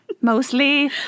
Mostly